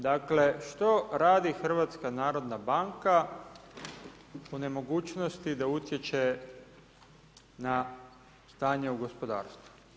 Dakle, što radi HNB u nemogućnosti da utječe na stanje u gospodarstvu?